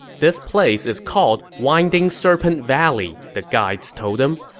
this place is called winding serpent valley, the guides told him.